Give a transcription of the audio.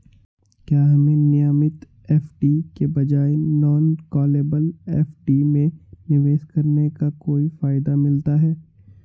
क्या हमें नियमित एफ.डी के बजाय नॉन कॉलेबल एफ.डी में निवेश करने का कोई फायदा मिलता है?